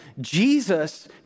Jesus